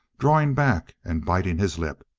drawing back and biting his lip.